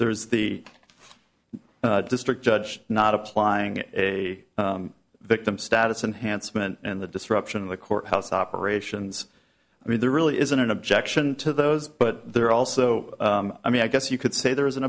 there is the district judge not applying a victim status unhandsome and the disruption of the court house operations i mean there really isn't an objection to those but they're also i mean i guess you could say there is an